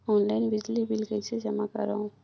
Online बिजली bill कइसे जमा करव?